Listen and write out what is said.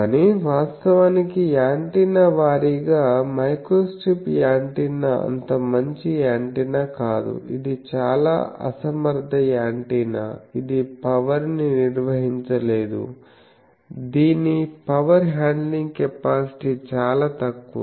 కానీ వాస్తవానికి యాంటెన్నా వారీగా మైక్రోస్ట్రిప్ యాంటెన్నా అంత మంచి యాంటెన్నా కాదు ఇది చాలా అసమర్థ యాంటెన్నా ఇది పవర్ ని నిర్వహించలేదు దీని పవర్ హ్యాండ్లింగ్ కెపాసిటీ చాలా తక్కువ